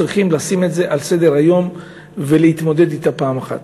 צריכים לשים אותה על סדר-היום ולהתמודד אתה פעם אחת.